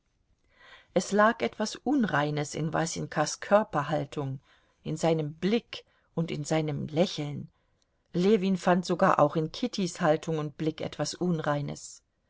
es lag etwas unreines in wasenkas körperhaltung in seinem blick und in seinem lächeln ljewin fand sogar auch in kittys haltung und blick etwas unreines